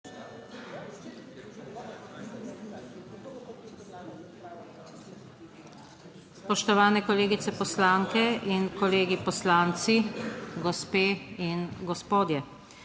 Spoštovani kolegice poslanke in kolegi poslanci, gospe in gospodje!